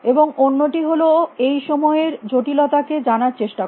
এবং অন্যটি হল এই সময়ের জটিলতাকে জানার চেষ্টা করা